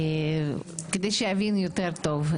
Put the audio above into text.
כדי שאבין יותר טוב.